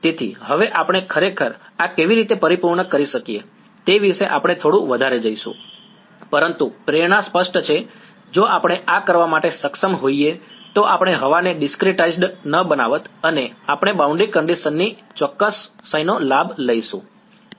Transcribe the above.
તેથી હવે આપણે ખરેખર આ કેવી રીતે પરિપૂર્ણ કરી શકીએ તે વિશે આપણે થોડું વધારે જઈશું પરંતુ પ્રેરણા સ્પષ્ટ છે જો આપણે આ કરવા માટે સક્ષમ હોઈએ તો આપણે હવાને ડિસ્ક્રિટાઈઝ્ડ ન બનાવત અને આપણે બાઉન્ડ્રી કંડીશન ની ચોકસાઈનો લાભ લઈશું